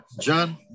John